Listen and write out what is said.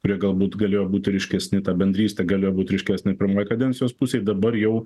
kurie galbūt galėjo būti ryškesni ta bendrystė galėjo būti ryškesnė pirmoj kadencijos pusėj dabar jau